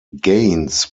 gaines